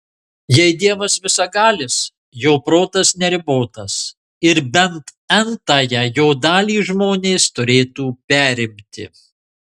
jei dievas visagalis jo protas neribotas ir bent n tąją jo dalį žmonės turėtų perimti